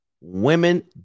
women